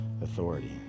authority